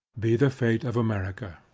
be the fate of america,